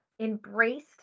embraced